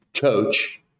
coach